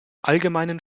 allgemeinen